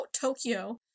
Tokyo